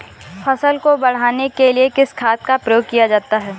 फसल को बढ़ाने के लिए किस खाद का प्रयोग किया जाता है?